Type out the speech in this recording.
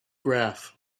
graph